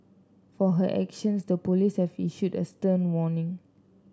for her actions the police have issued a stern warning